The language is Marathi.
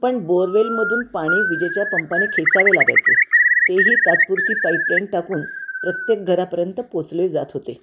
पण बोअरवेलमधून पाणी विजेच्या पंपाने खेचावे लागायचे तेही तात्पुरती पाईपलाईन टाकून प्रत्येक घरापर्यंत पोचले जात होते